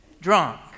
drunk